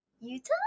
Utah